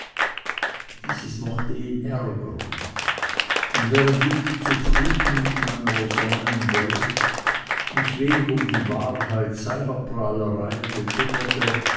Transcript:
dieses mochte ihn ärgern und wahrend ich zufrieden in meiner ersonnenen welt mich wenig um die wahrheit seiner prahlereien bekümmerte